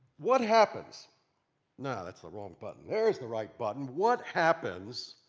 what happens no, that's the wrong button. there is the right button. what happens